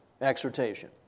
exhortation